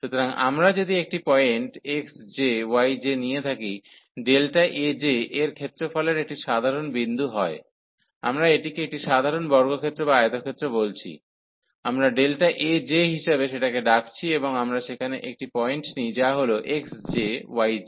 সুতরাং আমরা যদি একটি পয়েন্ট xj yj নিয়ে থাকি Aj এর ক্ষেত্রফলের একটি সাধারণ বিন্দু হয় আমরা এটিকে একটি সাধারণ বর্গক্ষেত্র বা আয়তক্ষেত্র বলছি আমরা Aj হিসাবে সেটাকে ডাকছি এবং আমরা সেখানে একটি পয়েন্ট নিই যা হল xj yj